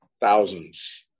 thousands